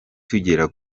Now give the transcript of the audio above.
tugera